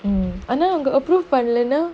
mm ஆனா அவங்க:aana avanga approved பன்லனா:panlanaa